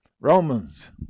Romans